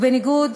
ובניגוד